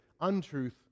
untruth